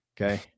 Okay